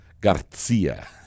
Garcia